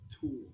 tool